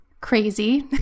crazy